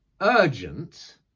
urgent